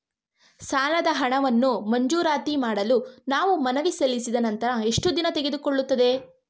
ಸಾಲದ ಹಣವನ್ನು ಮಂಜೂರಾತಿ ಮಾಡಲು ನಾವು ಮನವಿ ಸಲ್ಲಿಸಿದ ನಂತರ ಎಷ್ಟು ದಿನ ತೆಗೆದುಕೊಳ್ಳುತ್ತದೆ?